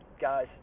guys